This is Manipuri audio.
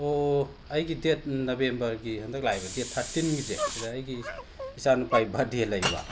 ꯑꯣ ꯑꯩꯒꯤ ꯗꯦꯠ ꯅꯕꯦꯝꯕꯔꯒꯤ ꯍꯟꯗꯛ ꯂꯥꯛꯏꯕ ꯗꯦꯠ ꯊꯥꯔꯇꯤꯟꯒꯤꯁꯦ ꯁꯤꯗ ꯑꯩꯒꯤ ꯏꯆꯥꯅꯨꯄꯥꯒꯤ ꯕꯥꯔꯠꯗꯦ ꯂꯩꯕ